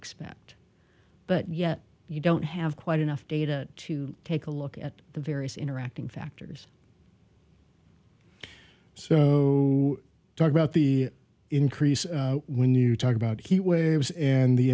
expect but yet you don't have quite enough data to take a look at the various interacting factors so talk about the increase when you talk about heat waves and the